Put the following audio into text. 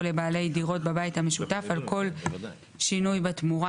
לבעלי דירות בבית המשותף על כל שינוי בתמורה,